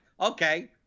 okay